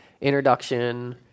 introduction